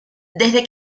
desde